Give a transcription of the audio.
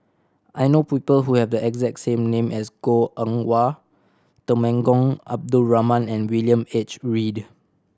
I know people who have the exact same name as Goh Eng Wah Temenggong Abdul Rahman and William H Read